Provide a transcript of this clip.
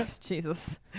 Jesus